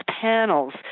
panels